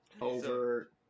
over